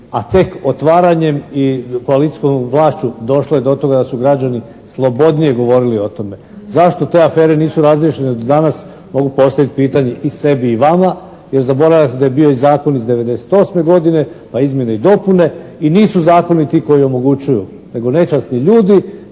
a tek otvaranjem i koalicijskom vlašću došlo je do toga da su građani slobodnije govorili o tome. Zašto te afere nisu razjašnjenje do danas mogu postaviti pitanje i sebi i vama, jer zaboravljate bio je zakon iz '98. godine pa izmjene i dopune i nisu zakoni ti koji omogućuju nego nečasni ljudi